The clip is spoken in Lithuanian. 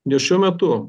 nes šiuo metu